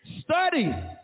study